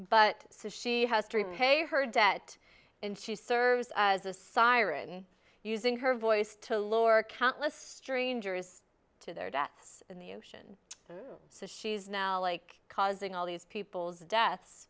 but says she has three pay her debt and she serves as a siren using her voice to lure countless stranger is to their deaths in the ocean so she's now like causing all these people's deaths